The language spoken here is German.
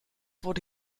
wurde